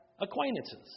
acquaintances